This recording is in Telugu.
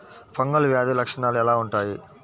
ఫంగల్ వ్యాధి లక్షనాలు ఎలా వుంటాయి?